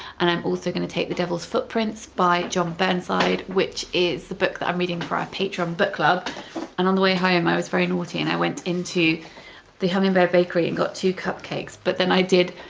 and i'm also going to take the devil's footprints by john burnside, which is the book that i'm reading for our patreon book club and on the way home i was very naughty and i went into the hummingbird bakery and got two cupcakes but then i did.